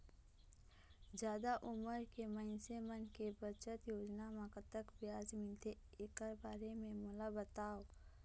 जादा उमर के मइनसे मन के बचत योजना म कतक ब्याज मिलथे एकर बारे म मोला बताव?